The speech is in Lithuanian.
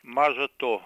maža to